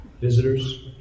Visitors